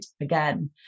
again